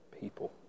people